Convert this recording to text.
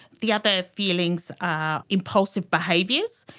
the other feelings are impulsive behaviours,